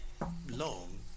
long